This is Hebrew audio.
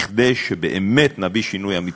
כדי שנביא שינוי אמיתי.